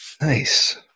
Nice